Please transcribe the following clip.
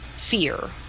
fear